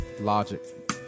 Logic